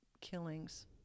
Killings